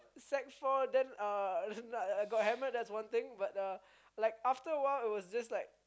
sec four then uh no I got hammered that's one thing but uh like after awhile it was just like